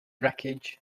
wreckage